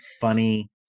funny